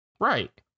Right